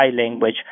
language